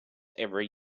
every